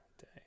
day